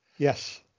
Yes